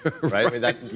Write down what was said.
right